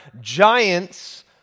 giants